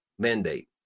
mandate